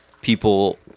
people